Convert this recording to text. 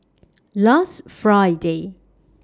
last Friday